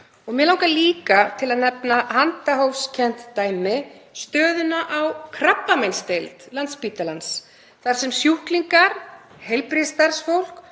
Mig langar til að nefna handahófskennt dæmi, stöðuna á krabbameinsdeild Landspítalans. Þar búa sjúklingar, heilbrigðisstarfsfólk